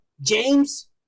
James